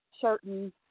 certain